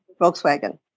Volkswagen